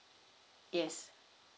yes